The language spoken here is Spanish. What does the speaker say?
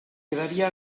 quedaría